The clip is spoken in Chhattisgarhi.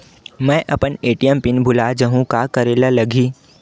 मैं अपन ए.टी.एम पिन भुला जहु का करे ला लगही?